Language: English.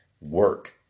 work